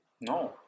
No